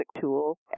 tool